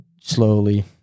slowly